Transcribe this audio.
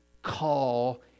call